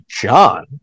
John